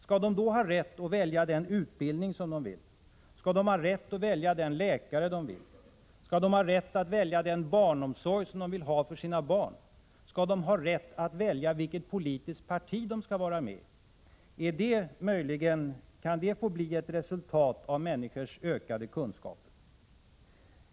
Skall de då ha rätt att välja den utbildning de vill, skall de ha rätt att välja den läkare de vill, skall de ha rätt att välja den barnomsorg de vill ha för sina barn, skall de ha rätt att välja vilket politiskt parti de skall vara med i? Kan det få bli ett resultat av människors ökade kunskaper?